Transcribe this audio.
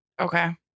Okay